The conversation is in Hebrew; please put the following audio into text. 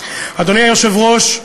אדוני היושב-ראש,